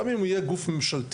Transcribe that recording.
גם אם יהיה גוף ממשלתי,